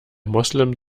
moslem